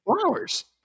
flowers